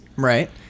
Right